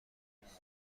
میدیدم